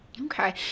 Okay